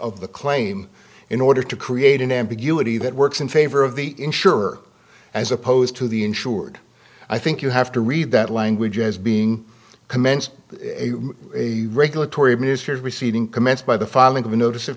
of the claim in order to create an ambiguity that works in favor of the insurer as opposed to the insured i think you have to read that language as being commenced a regulatory minister's reseeding commenced by the filing of a notice of